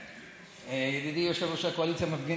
ידידי יושב-ראש הקואליציה, מפגין